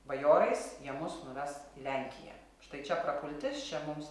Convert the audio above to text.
bajorais jie mus nuves į lenkiją štai čia prapultis čia mums